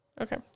Okay